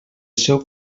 seu